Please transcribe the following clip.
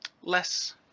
less